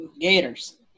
gators